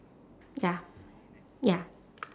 ya ya